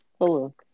Hello